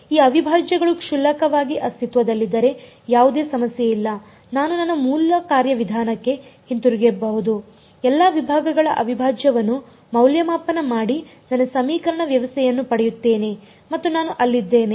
ಈ ಅವಿಭಾಜ್ಯಗಳು ಕ್ಷುಲ್ಲಕವಾಗಿ ಅಸ್ತಿತ್ವದಲ್ಲಿದ್ದರೆ ಯಾವುದೇ ಸಮಸ್ಯೆ ಇಲ್ಲ ನಾನು ನನ್ನ ಮೂಲ ಕಾರ್ಯವಿಧಾನಕ್ಕೆ ಹಿಂತಿರುಗಬಹುದು ಎಲ್ಲಾ ವಿಭಾಗಗಳ ಅವಿಭಾಜ್ಯವನ್ನು ಮೌಲ್ಯಮಾಪನ ಮಾಡಿ ನನ್ನ ಸಮೀಕರಣ ವ್ಯವಸ್ಥೆಯನ್ನು ಪಡೆಯುತ್ತೇನೆ ಮತ್ತು ನಾನು ಅಲ್ಲಿದ್ದೇನೆ